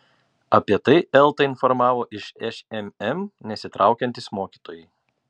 apie tai eltą informavo iš šmm nesitraukiantys mokytojai